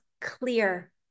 clear